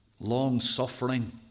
long-suffering